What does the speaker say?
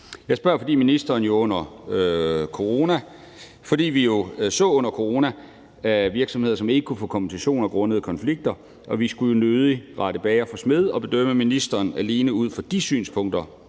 at sætte foden ned? Jeg spørger, fordi vi jo under corona så virksomheder, som ikke kunne få kompensation grundet konflikter, og vi skulle jo nødig rette bager for smed og bedømme ministeren alene ud fra de synspunkter